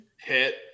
Hit